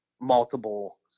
multiple